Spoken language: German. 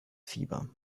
fieber